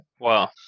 Wow